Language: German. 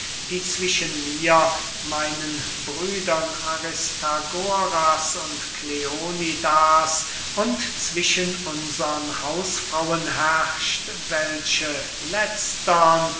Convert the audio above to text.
die zwischen mir meinen brüdern aristagoras und kleonidas und zwischen unsern hausfrauen herrscht welche letztern